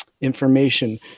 information